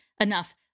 enough